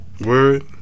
Word